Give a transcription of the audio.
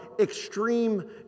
extreme